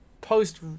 post